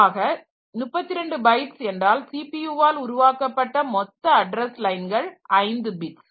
ஆக 32 பைட்ஸ் என்றால் சிபியுவால் உருவாக்கப்பட்ட மொத்த அட்ரஸ் லைன்கள் 5 பிட்ஸ்